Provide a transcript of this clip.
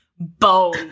bone